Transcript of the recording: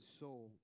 soul